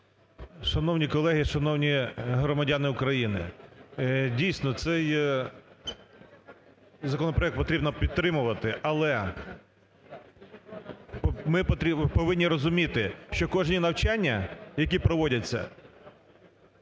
Шановні колеги, шановні громадяни України! Дійсно цей законопроект потрібно підтримувати, але ми повинні розуміти, що кожні навчання, які проводяться,